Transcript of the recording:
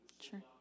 Sure